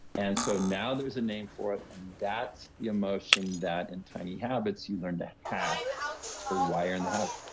and so now, there's a name for it and that's the emotion that in tiny habits you learn to hack to wire in a habit.